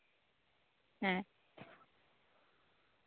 ᱦᱮᱸ